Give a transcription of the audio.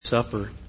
Supper